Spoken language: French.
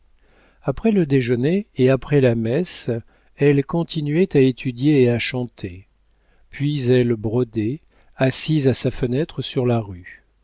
après le déjeuner et après la messe elle continuait à étudier et à chanter puis elle brodait assise à sa fenêtre sur la rue